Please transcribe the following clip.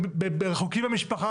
רחוקים מהמשפחה,